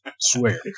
Swear